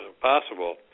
possible